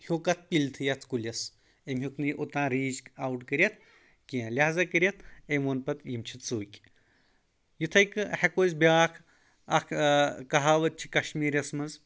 ہیٚوک اتھ پِلتھٕے اَتھ کُلِس أمۍ ہیٚوکھ نہٕ یہِ اوٚتان ریٖچ آوُٹ کٔرِتھ کینٛہہ لہٰذا کٔرِتھ أمۍ ووٚن پتہٕ یِم چھِ ژوٚکۍ یِتھے کٔنۍ ہؠکو أسۍ بیٛاکھ اکھ کہاوت چھِ کشمیٖریس منٛز